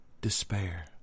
despair